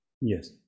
Yes